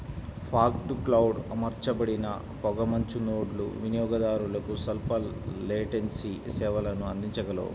fog to cloud అమర్చబడిన పొగమంచు నోడ్లు వినియోగదారులకు స్వల్ప లేటెన్సీ సేవలను అందించగలవు